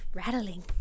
rattling